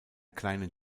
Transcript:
kleinen